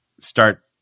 start